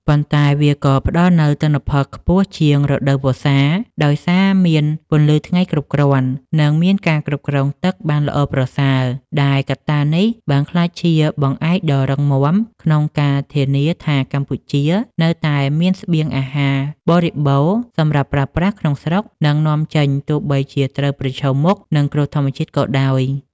ប៉ុន្តែវាក៏ផ្តល់នូវទិន្នផលខ្ពស់ជាងរដូវវស្សា ដោយសារមានពន្លឺថ្ងៃគ្រប់គ្រាន់ និងមានការគ្រប់គ្រងទឹកបានល្អប្រសើរ ដែលកត្តានេះបានក្លាយជាបង្អែកដ៏រឹងមាំក្នុងការធានាថាកម្ពុជានៅតែមានស្បៀងអាហារបរិបូរណ៍សម្រាប់ប្រើប្រាស់ក្នុងស្រុក និងនាំចេញ ទោះបីជាត្រូវប្រឈមមុខនឹងគ្រោះធម្មជាតិក៏ដោយ។